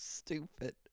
stupid